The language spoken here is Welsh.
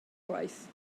gwaith